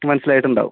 മനസ്സിലായിട്ടുണ്ടാകും